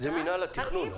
זה מינהל התכנון.